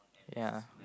ya